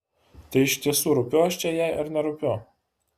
tai iš tiesų rūpiu aš čia jai ar nerūpiu